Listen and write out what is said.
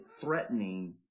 threatening